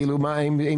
כאילו מה,